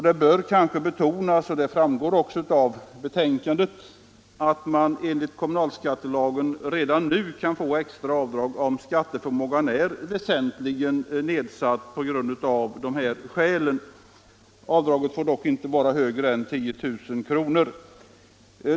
Det bör kanske betonas — och det framgår också av betänkandet — att man enligt kommunalskattelagen redan nu kan få extra avdrag om skatteförmågan är väsentligen nedsatt av dessa skäl. Avdraget får dock inte vara högre än 10000 kr.